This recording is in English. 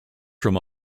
from